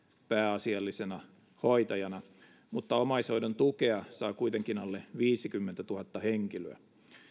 pääasiallisena hoitajana mutta omaishoidontukea saa kuitenkin alle viisikymmentätuhatta henkilöä